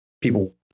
People